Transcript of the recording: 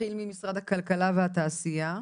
נתחיל ממשרד הכלכלה והתעשייה.